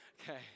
Okay